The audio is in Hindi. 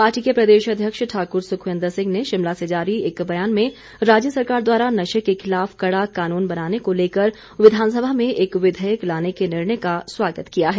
पार्टी के प्रदेश अध्यक्ष ठाक्र सुखविंदर सिंह ने शिमला से जारी एक बयान में राज्य सरकार द्वारा नशे के खिलाफ कड़ा कानून बनाने को लेकर विधानसभा में एक विधेयक लाने के निर्णय का स्वागत किया है